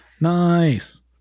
Nice